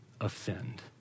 offend